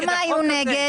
כמה היו נגד?